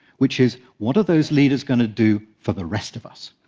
which is what are those leaders going to do for the rest of us?